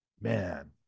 Man